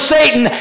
Satan